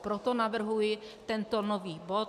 Proto navrhuji tento nový bod.